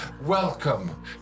Welcome